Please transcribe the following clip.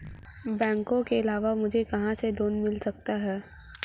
बैंकों के अलावा मुझे कहां से लोंन मिल सकता है?